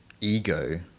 ego